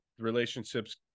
relationships